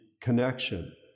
connection